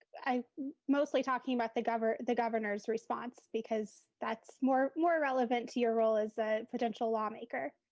i'm mostly talking about the governor's the governor's response because that's more more relevant to your role as a potential lawmaker.